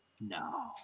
No